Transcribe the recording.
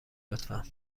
لطفا